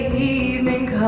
evening